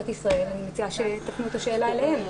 ישראל ואני מציעה שתפנו את השאלה אליה.